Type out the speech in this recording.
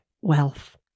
wealth